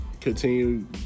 continue